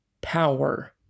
Power